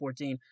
2014